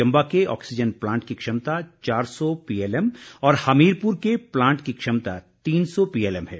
चंबा के oxygen plant की क्षमता चार सौ पीएलएम और हमीरपुर के प्लांट की क्षमता तीन सौ पीएलएम है